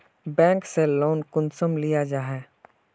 Bank से loan कुंसम लिया जाहा?